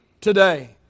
today